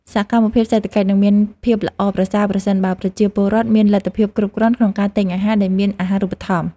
សកម្មភាពសេដ្ឋកិច្ចនឹងមានភាពល្អប្រសើរប្រសិនបើប្រជាពលរដ្ឋមានលទ្ធភាពគ្រប់គ្រាន់ក្នុងការទិញអាហារដែលមានអាហាររូបត្ថម្ភ។